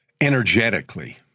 energetically